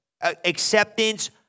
acceptance